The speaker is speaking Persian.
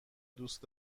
دوست